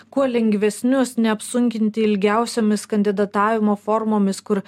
kuo lengvesnius neapsunkinti ilgiausiomis kandidatavimo formomis kur